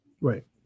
right